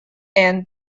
and